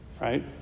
Right